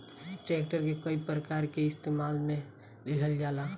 tractor के कई प्रकार के इस्तेमाल मे लिहल जाला